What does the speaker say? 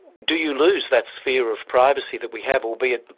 do you lose that sphere of privacy that we have, albeit,